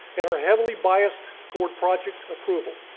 and are heavily biased toward project approval.